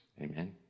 Amen